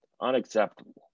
unacceptable